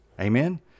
Amen